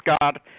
god